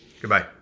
Goodbye